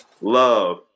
love